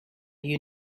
you